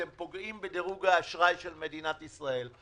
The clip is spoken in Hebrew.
אתם פוגעים בדירוג האשראי של מדינת ישראל,